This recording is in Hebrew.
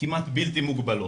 כמעט בלתי מוגבלות.